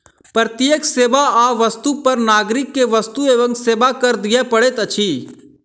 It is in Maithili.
प्रत्येक सेवा आ वस्तु पर नागरिक के वस्तु एवं सेवा कर दिअ पड़ैत अछि